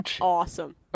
awesome